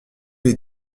les